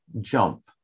jump